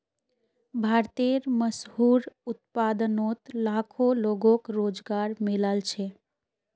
भारतेर मशहूर उत्पादनोत लाखों लोगोक रोज़गार मिलाल छे